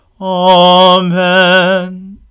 Amen